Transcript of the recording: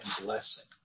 blessing